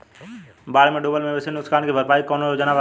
बाढ़ में डुबल मवेशी नुकसान के भरपाई के कौनो योजना वा?